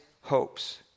hopes